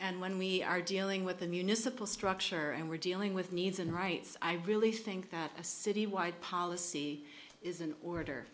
and when we are dealing with the municipal structure and we're dealing with needs and rights i really think that a city wide policy is an order